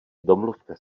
domluvte